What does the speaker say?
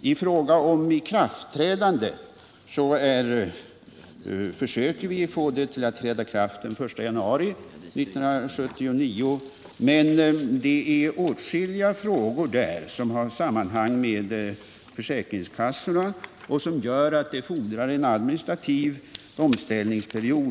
I fråga om ikraftträdandet försöker vi få det till den I januari 1979. Men där finns åtskilliga frågor som har samband med försäkringskassorna och som gör att det fordras en administrativ omställningsperiod.